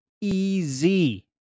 easy